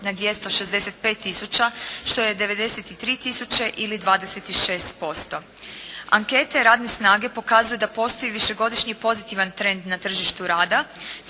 na 265 tisuća što je 93 tisuće ili 26%. Ankete radne snage pokazuju da postoji višegodišnji pozitivan trend na tržištu rada,